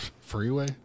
freeway